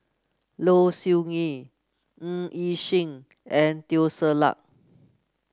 Low Siew Nghee Ng Yi Sheng and Teo Ser Luck